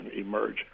emerge